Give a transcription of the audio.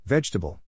Vegetable